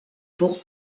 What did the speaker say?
pour